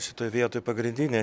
šitoj vietoj pagrindinė